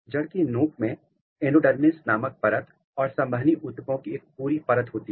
जड़ की नोक में एंडोडर्मिस नामक परत और संवहनी ऊतकों की एक पूरी परत होती है